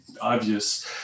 obvious